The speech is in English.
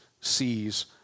sees